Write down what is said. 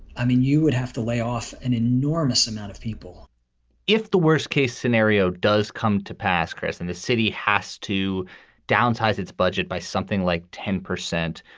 i mean, you would have to lay off an enormous amount of people if the worst case scenario does come to pass chris in the city has to downsize its budget by something like ten percent.